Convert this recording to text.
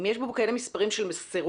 אם יש בו כאלה מספרים של סירוב,